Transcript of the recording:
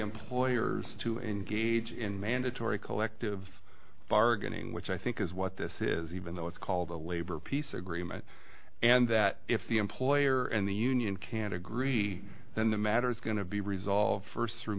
employers to engage in mandatory collective bargaining which i think is what this is even though it's called a labor peace agreement and that if the employer and the union can't agree then the matter is going to be resolved through